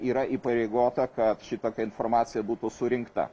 yra įpareigota kad šitokia informacija būtų surinkta